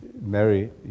Mary